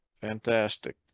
Fantastic